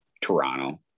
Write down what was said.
Toronto